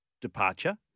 departure